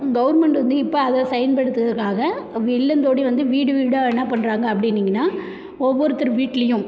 government வந்து இப்போ அதை செயல்படுத்துகிறதுக்காக இல்லந்தோடி வந்து வீடு வீடாக என்ன பண்ணுறாங்க அப்படின்னீங்கன்னா ஒவ்வொருத்தர் வீட்டிலையும்